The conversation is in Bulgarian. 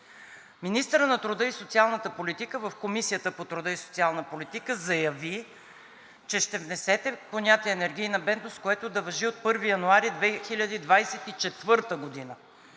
Министърът на труда и социалната политика в Комисията по труда и социалната политика заяви, че ще внесете понятие за енергийна бедност, което да важи от 1 януари 2024 г.,